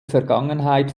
vergangenheit